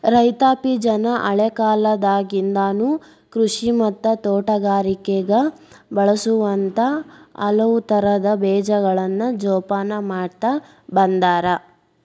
ರೈತಾಪಿಜನ ಹಳೇಕಾಲದಾಗಿಂದನು ಕೃಷಿ ಮತ್ತ ತೋಟಗಾರಿಕೆಗ ಬಳಸುವಂತ ಹಲವುತರದ ಬೇಜಗಳನ್ನ ಜೊಪಾನ ಮಾಡ್ತಾ ಬಂದಾರ